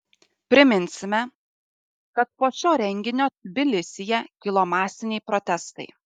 priminsime kad po šio renginio tbilisyje kilo masiniai protestai